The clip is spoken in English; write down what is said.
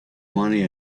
money